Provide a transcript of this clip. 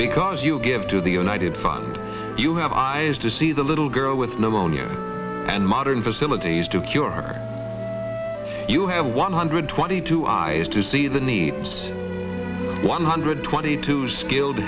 because you give to the united front you have eyes to see the little girl with pneumonia and modern facilities to cure her you have one hundred twenty two eyes to see the needs one hundred twenty two skilled